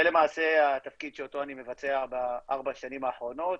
זה למעשה התפקיד שאותו אני מבצע בארבע השנים האחרונות,